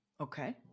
Okay